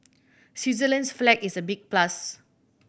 Switzerland's flag is a big plus